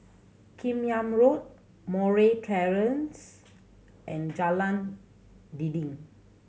Kim Yam Road Murray Terrace and Jalan Dinding